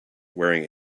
wearing